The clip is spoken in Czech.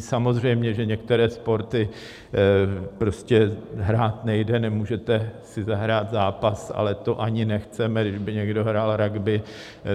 Samozřejmě že některé sporty prostě hrát nejde, nemůžete si zahrát zápas, ale to ani nechceme kdyby někdo hrál ragby,